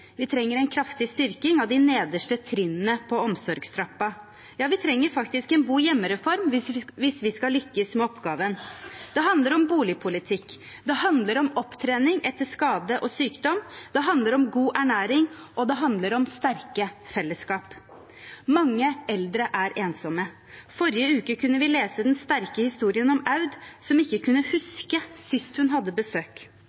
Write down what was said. Vi trenger en kraftig styrking av de nederste trinnene i omsorgstrappen, ja, vi trenger faktisk en bo hjemme-reform hvis vi skal lykkes med oppgaven. Det handler om boligpolitikk, det handler om opptrening etter skade og sykdom, det handler om god ernæring, og det handler om sterke fellesskap. Mange eldre er ensomme. Forrige uke kunne vi lese den sterke historien om Aud, som ikke kunne